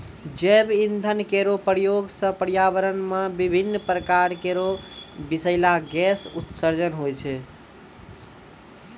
जैव इंधन केरो प्रयोग सँ पर्यावरण म विभिन्न प्रकार केरो बिसैला गैस उत्सर्जन होय छै